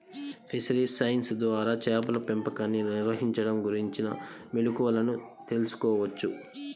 fisheries science ద్వారా చేపల పెంపకాన్ని నిర్వహించడం గురించిన మెళుకువలను తెల్సుకోవచ్చు